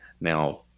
Now